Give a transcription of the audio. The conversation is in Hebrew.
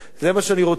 זה מה שאני רוצה,